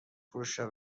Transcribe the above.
فروشگاه